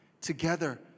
Together